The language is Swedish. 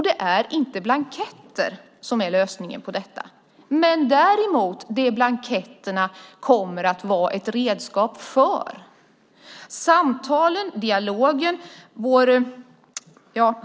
Det är inte blanketterna som är lösningen men däremot det blanketterna kommer att vara ett redskap för, samtalen och dialogen.